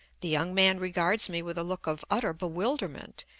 the young man regards me with a look of utter bewilderment,